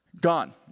Gone